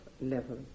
level